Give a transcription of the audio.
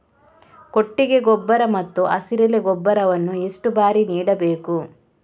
ಕೊಟ್ಟಿಗೆ ಗೊಬ್ಬರ ಮತ್ತು ಹಸಿರೆಲೆ ಗೊಬ್ಬರವನ್ನು ಎಷ್ಟು ಬಾರಿ ನೀಡಬೇಕು?